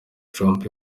trump